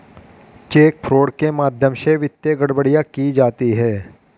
check fraud के माध्यम से वित्तीय गड़बड़ियां की जाती हैं